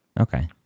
Okay